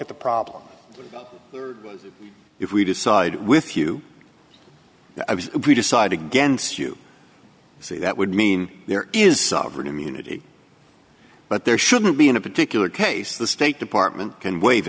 at the problem if we decide with you we decide against you see that would mean there is sovereign immunity but there shouldn't be in a particular case the state department can waive